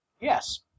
Yes